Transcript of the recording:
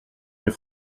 des